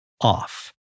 off